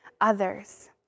others